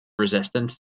resistant